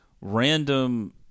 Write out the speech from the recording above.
random